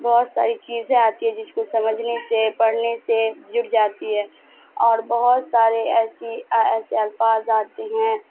بہت ساری چیزیں آتی ہیں جس کو سمجھنے سے پڑھنے سے جڑ جاتی ہے اور بہت سارے ایسی ایسے الفاظ آتے ہیں